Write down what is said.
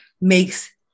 makes